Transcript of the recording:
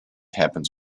happens